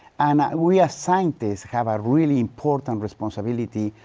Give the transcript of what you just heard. and we, as scientists, have a really important responsibility.